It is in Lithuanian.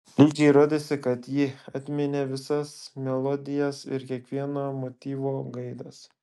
ližei rodėsi kad ji atminė visas melodijas ir kiekvieno motyvo gaidas